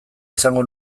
izango